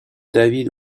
david